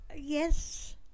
Yes